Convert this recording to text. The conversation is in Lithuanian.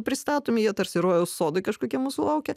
pristatomi jie tarsi rojaus sodai kažkokie mūsų laukia